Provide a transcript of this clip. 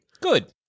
Good